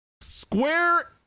Square